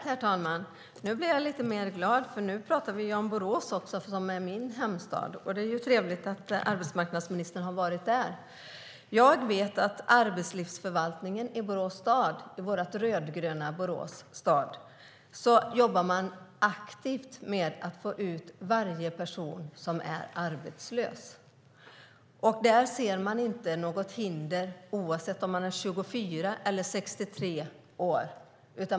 Herr talman! Nu blir jag lite gladare, för nu pratar vi om min hemstad Borås. Det är trevligt att arbetsmarknadsministern har varit där. Jag vet att man inom arbetslivsförvaltningen i vår rödgröna Borås stad jobbar aktivt med att få ut varje person som är arbetslös. Där ser man inte något hinder, oavsett om personen är 24 eller 64 år.